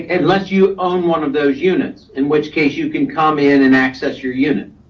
unless you own one of those units, in which case you can come in and access your unit.